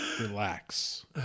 relax